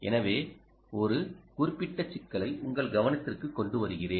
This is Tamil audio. எனவே ஒரு குறிப்பிட்ட சிக்கலை உங்கள் கவனத்திற்கு கொண்டுவருகிறேன்